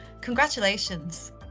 Congratulations